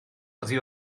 oddi